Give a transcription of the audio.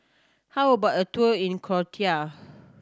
how about a tour in Croatia